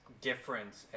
difference